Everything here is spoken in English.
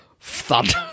thud